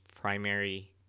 primary